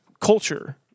culture